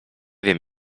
wiem